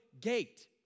gate